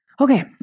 Okay